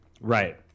Right